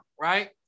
Right